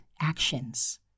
actions